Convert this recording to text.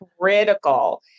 critical